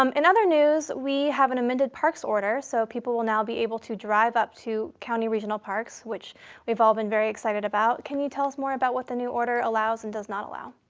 um in other news, we have an amended park's order. so people will now be able to drive up to county regional parks, which we've all been very excited about. about. can you tell us more about what the new order allows and does not allow?